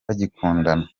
bagikundana